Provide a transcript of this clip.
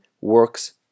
works